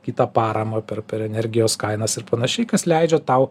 kitą paramą per per energijos kainas ir panašiai kas leidžia tau